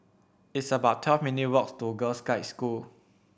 it's about twelve minute' walks to Girl Guides School